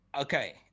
Okay